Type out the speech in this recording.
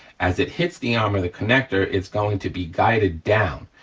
as it hits the arm of the connector it's going to be guided down,